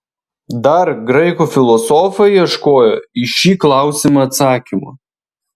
dar graikų filosofai ieškojo į šį klausimą atsakymo